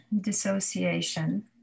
dissociation